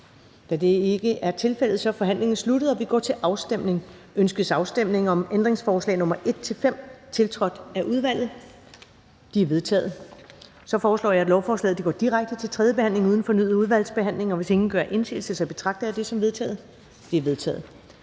af de samme mindretal, som forkastet. Det er forkastet. Ønskes afstemning om ændringsforslag nr. 5-8 og nr. 10-17, tiltrådt af udvalget? De er vedtaget. Jeg foreslår, at lovforslaget går direkte til tredje behandling uden fornyet udvalgsbehandling. Hvis ingen gør indsigelse, betragter jeg det som vedtaget. Det er vedtaget.